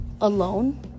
alone